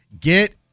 Get